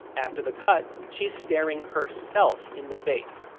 after the cut, she's staring herself in the face.